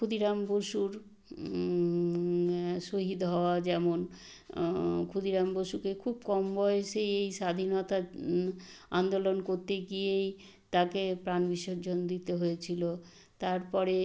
ক্ষুদিরাম বসুর শহিদ হওয়া যেমন ক্ষুদিরাম বসুকে খুব কম বয়েসেই এই স্বাধীনতা আন্দোলন করতে গিয়েই তাকে প্রাণ বিসর্জন দিতে হয়েছিলো তারপরে